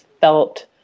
felt